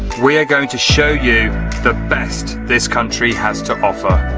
we are going to show you the best this country has to offer.